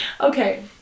Okay